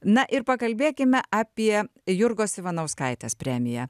na ir pakalbėkime apie jurgos ivanauskaitės premiją